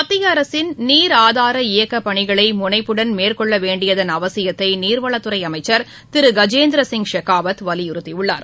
மத்திய அரசின் நீர் ஆதார இயக்கப் பணிகளை முனைப்புடன் மேற்கொள்ள வேண்டியதன் அவசியத்தை நீர்வளத்துறை அமைச்சர் திரு கஜேந்திர சிங் ஷெகாவத் வலியுறுத்தியுள்ளார்